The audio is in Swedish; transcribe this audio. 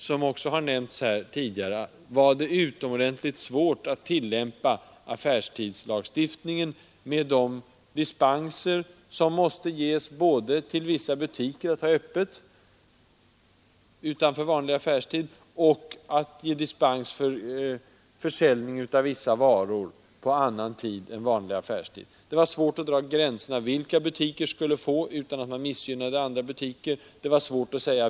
Som också har nämnts tidigare var det utomordentligt svårt att tillämpa affärstidslagstiftningen med de dispenser som måste ges, både till vissa butiker att ha öppet utanför vanlig affärstid, och för försäljning av vissa varor på annan tid än vanlig affärstid. Det var svårt att dra gränserna. Vilka butiker skulle få hålla öppet utan att andra butiker missgynnades?